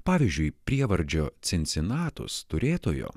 pavyzdžiui prievardžio cincinatus turėtojo